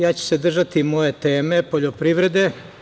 Ja ću se držati moje teme – poljoprivrede.